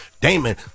Damon